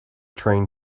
train